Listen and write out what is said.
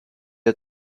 had